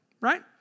right